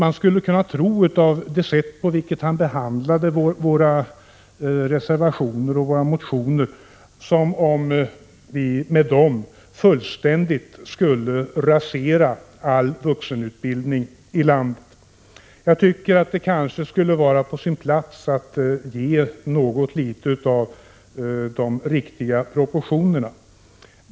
Ingvar Johnsson behandlade våra reservationer och motioner som om vi med dem fullständigt skulle vilja rasera all vuxenutbildning i landet. Jag tycker att det kan vara på sin plats att något litet försöka ge våra förslag de riktiga proportionerna.